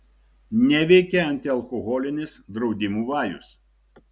neveikia antialkoholinis draudimų vajus